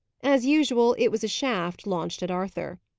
as usual, it was a shaft launched at arthur.